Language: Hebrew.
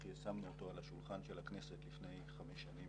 יחיא שמנו אותו על השולחן של הכנסת לפני חמש שנים,